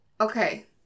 Okay